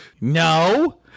No